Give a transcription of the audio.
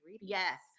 Yes